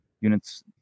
units